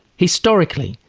historically,